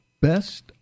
Best